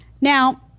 Now